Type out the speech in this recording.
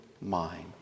mind